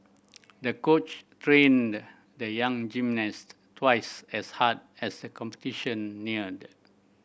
the coach trained the young gymnast twice as hard as the competition neared